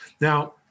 Now